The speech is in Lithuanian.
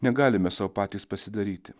negalime sau patys pasidaryti